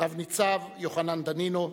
תת-ניצב יוחנן דנינו,